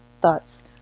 thoughts